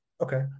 Okay